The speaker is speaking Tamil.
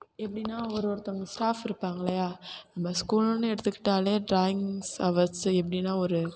எப்படின்னா ஒரு ஒருத்தவங்க ஸ்டாஃப் இருப்பாங்க இல்லையா நம்ப ஸ்கூல்ன்னு எடுத்துக்கிட்டாலே ட்ராயிங்ஸ் ஹவர்ஸு எப்படின்னா ஒரு